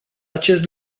acest